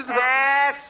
Yes